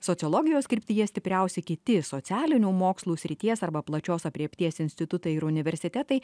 sociologijos kryptyje stipriausi kiti socialinių mokslų srities arba plačios aprėpties institutai ir universitetai